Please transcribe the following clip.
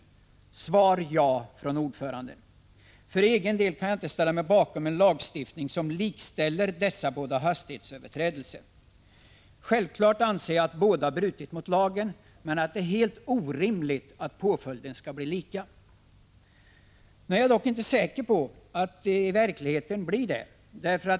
Svar från ordföranden: Ja. För egen del kan jag inte ställa mig bakom en lagstiftning som likställer dessa båda hastighetsöverträdelser. Självfallet anser jag att båda brutit mot lagen, men det är helt orimligt att påföljden skall bli densamma. Nu är jag dock inte säker på om det verkligen blir så.